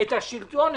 את השלטון,